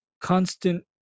constant